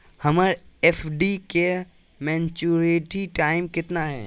हमर एफ.डी के maturity time कितना है?